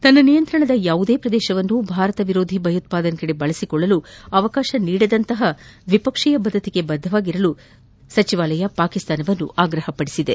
ತನ್ನ ನಿಯಂತ್ರಣದ ಯಾವುದೇ ಪ್ರದೇಶವನ್ನು ಭಾರತ ವಿರೋಧಿ ಭಯೋತ್ವಾದನೆಗೆ ಬಳಸಿಕೊಳ್ಳಲು ಅವಕಾಶ ನೀಡದಂತಹ ದ್ವಿಪಕ್ಷೀಯ ಬದ್ದತೆಗೆ ಬದ್ದವಾಗಿರಲು ಸಚಿವಾಲಯ ಪಾಕಿಸ್ತಾನವನ್ನು ಆಗ್ರಹಿಸಿದೆ